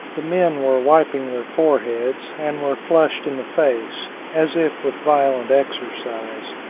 the men were wiping their foreheads, and were flushed in the face, as if with violent exercise.